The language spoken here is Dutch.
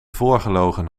voorgelogen